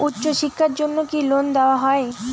উচ্চশিক্ষার জন্য কি লোন দেওয়া হয়?